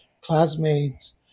classmates